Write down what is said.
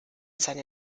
seine